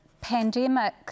pandemic